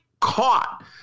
caught